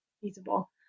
feasible